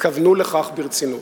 התכוונו לכך ברצינות.